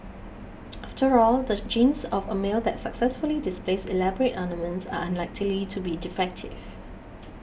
after all the genes of a male that successfully displays elaborate ornaments are unlikely to be defective